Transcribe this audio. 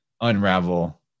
unravel